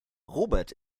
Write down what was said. robert